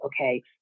okay